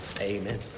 amen